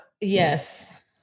yes